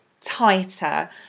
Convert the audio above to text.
tighter